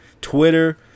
Twitter